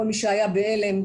כל מי שהיה בהלם,